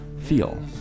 feel